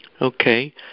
Okay